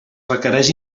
requereix